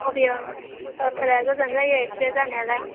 अबेयो दावथलाया गोजान जायो एसे जानायालाय